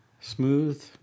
smooth